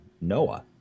Noah